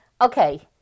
Okay